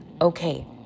Okay